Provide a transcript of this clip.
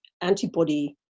antibody